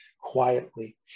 quietly